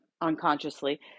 unconsciously